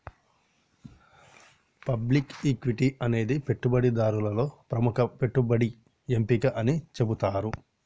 public equity అనేది పెట్టుబడిదారులలో ప్రముఖ పెట్టుబడి ఎంపిక అని చెబుతున్నరు